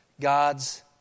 God's